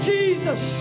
Jesus